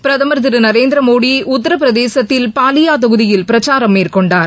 பிரதமர் திரு நரேந்திர மோடி உத்தரப்பிரதேசத்தில் பாலியா தொகுதியில் பிரச்சாரம் மேற்கொண்டார்